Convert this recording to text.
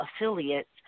affiliates